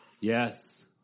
Yes